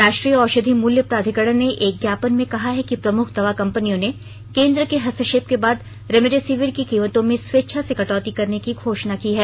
राष्ट्रीय औषधि मूल्य प्राधिकरण ने एक ज्ञापन में कहा है कि प्रमुख दवा कंपनियों ने केन्द्र के हस्तक्षेप के बाद रेमडेसिविर की कीमतों में स्वेच्छा से कटौती करने की घोषणा की है